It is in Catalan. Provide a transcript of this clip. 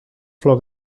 flor